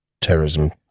terrorism